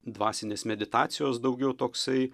dvasinės meditacijos daugiau toksai